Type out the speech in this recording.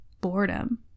boredom